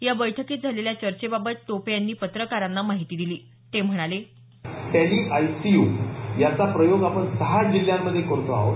या बैठकीत झालेल्या चर्चेबाबत टोपे यांनी पत्रकारांना माहिती दिली ते म्हणाले टेलिआयसीयु याचा प्रयोग आपण सहा जिल्ह्यांमध्ये करतो आहोत